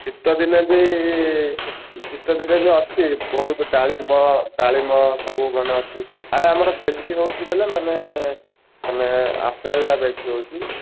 ଶୀତ ଦିନେ ବି ଶୀତ ଦିନେ ବି ଅଛି ବହୁତ ଡାଳିମ୍ବ ଡାଳିମ୍ବ ସବୁ ମାନେ ଅଛି ଆରେ ଆମର ବେଶୀ ହଏଉଛି ବୋଲେ ମାନେ ଆପେଲ୍ଟା ବେଶୀ ହଏଉଛି